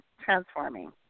transforming